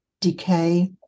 decay